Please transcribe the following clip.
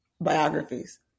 biographies